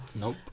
Nope